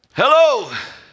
Hello